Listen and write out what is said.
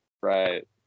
Right